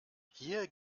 hier